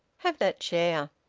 have that chair.